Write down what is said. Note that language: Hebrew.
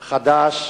חד"ש,